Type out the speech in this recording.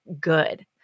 good